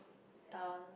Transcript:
town